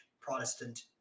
Protestant